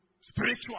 spiritual